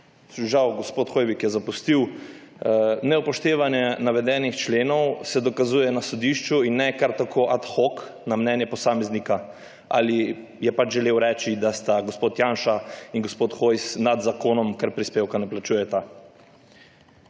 tako. Gospod Hoivik je žal zapustil [dvorano]. Neupoštevanje navedenih členov se dokazuje na sodišču in ne kar tako ad hoc na mnenje posameznika. Ali je pač želel reči, da sta gospod Janša in gospod Hojs nad zakonom, ker prispevka ne plačujeta.